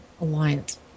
alliance